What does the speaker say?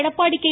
Edappadi K